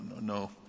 no